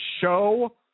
show